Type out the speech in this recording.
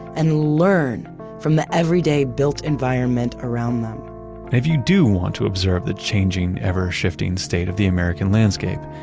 and learn from the everyday built environment around them and if you do want to observe the changing ever shifting state of the american landscape,